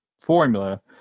formula